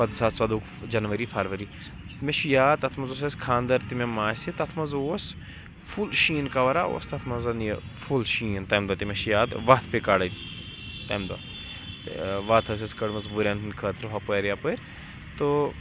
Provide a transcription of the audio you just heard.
پتہٕ زٕ ساس ژۄدُکھ جَنؤری فرؤری مےٚ چھُ یاد تَتھ منٛز اوس اَسہِ خانٛدَر تہِ مےٚ ماسہِ تَتھ منٛز اوس فُل شیٖن کَوَر اوس تَتھ منٛز یہِ فُل شیٖن تَمہِ دۄہ تہ مےٚ چھِ یاد وَتھ پییٚہِ کَڑٕنۍ تَمہِ دۄہ وَتھ ٲسۍ اَسہ کٔڑمٕژ وُرین ہٕنٛدۍ خٲطرٕ ہۄپٲرۍ یَپٲرۍ تو